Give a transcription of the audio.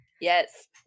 Yes